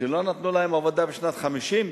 שלא נתנו להם עבודה בשנת 1950,